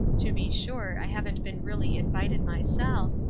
to be sure, i haven't been really invited myself,